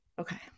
okay